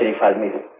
as meted